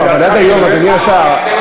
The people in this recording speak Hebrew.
לא, לא, אני לא יכול ככה.